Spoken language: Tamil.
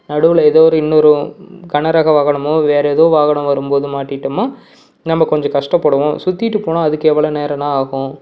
நடுவில் எதோ ஒரு இன்னொரு கனரக வாகனமோ வேறு எதோ வாகனம் வரும்போது மாட்டிக்கிட்டம்மா நம்ம கொஞ்சம் கஷ்டப்படுவோம் சுற்றிக்கிட்டு போனால் அதுக்கு எவ்வளவு நேரம்ண்ணா ஆகும்